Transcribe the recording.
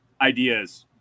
ideas